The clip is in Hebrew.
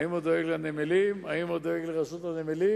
האם הוא דואג לרשות הנמלים,